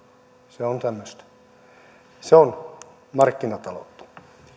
se on tämmöistä se on markkinataloutta